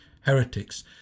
heretics